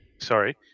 sorry